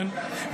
כן?